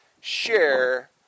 share